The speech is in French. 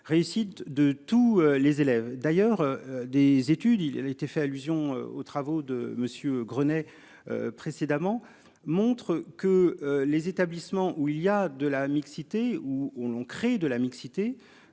réussite de tous les élèves d'ailleurs des études il était fait allusion aux travaux de Monsieur Grenet. Précédemment montre que. Les établissements où il y a de la mixité, où l'on crée de la mixité.